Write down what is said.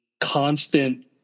constant